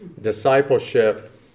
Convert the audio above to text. Discipleship